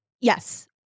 Yes